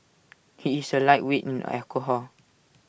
he is A lightweight in alcohol